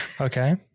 Okay